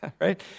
right